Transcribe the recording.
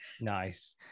Nice